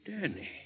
Danny